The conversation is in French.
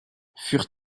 furent